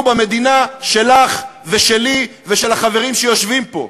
במדינה שלך ושלי ושל החברים שיושבים פה.